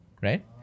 right